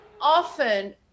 often